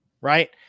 right